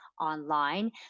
online